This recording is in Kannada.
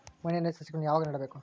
ಮಣ್ಣಿನಲ್ಲಿ ಸಸಿಗಳನ್ನು ಯಾವಾಗ ನೆಡಬೇಕು?